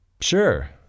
sure